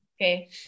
okay